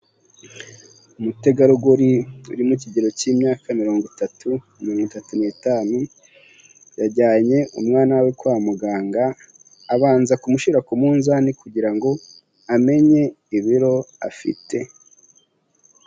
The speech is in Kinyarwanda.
Umutegarugori uri mu kigero cy'imyaka mirongo itatu, mirongo itatu n'itanu yajyanye umwana we kwa muganga abanza kumushira ku munzani kugira ngo amenye ibiro afite.